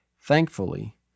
Thankfully